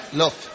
look